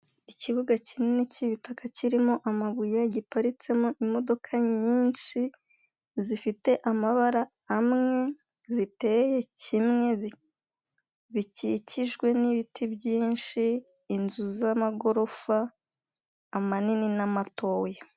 Ikibuga kinini k'ibitaka kirimo amabuye, giparitsemo imodoka nyinshi, zifite amabara amwe, ziteye kimwe, bikikijwe n'ibiti byinshi, inzu z'amagorofa amanini n'amatoya.